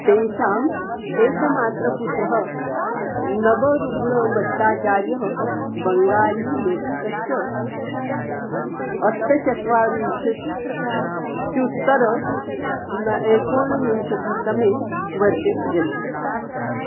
तेषाम् एकमात्रपुत्रः नवरुग्णभट्टाचार्यः बङ्गालीलेखकश्च अष्टचत्वारिंशत्युत्तर न एकोनविंशतितमे वर्षे यद्